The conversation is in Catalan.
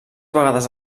vegades